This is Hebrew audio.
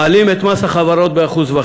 מעלים את מס החברות ב-1.5%.